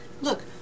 look